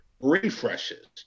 refreshes